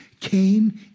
came